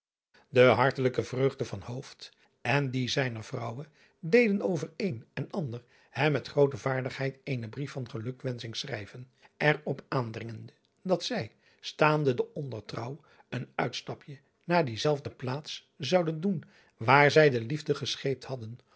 e hartelijke vreugde van en die zijner vrouwe deden over een en ander hem met groote vaardigheid eenen brief van gelukwensching schrijven er op aandringende dat zij staande de ondertrouw een uitstapje naar diezelfde plaatse zouden doen waar zij de liefde gescheept hadden